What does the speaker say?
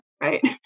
right